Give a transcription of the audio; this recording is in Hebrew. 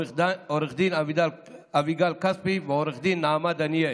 עו"ד אביגל כספי ועו"ד נעמה דניאל,